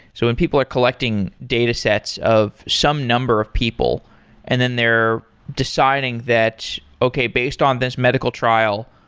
so when people are collecting data sets of some number of people and then they're deciding that, okay, based on this medical trial,